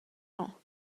ans